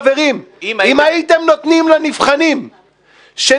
חברים: אם הייתם נותנים לנבחנים שנכשלו,